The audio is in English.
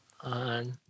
On